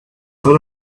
but